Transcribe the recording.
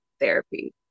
therapy